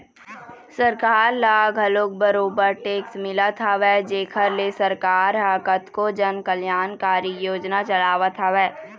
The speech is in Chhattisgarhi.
सरकार ल घलोक बरोबर टेक्स मिलत हवय जेखर ले सरकार ह कतको जन कल्यानकारी योजना चलावत हवय